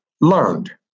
learned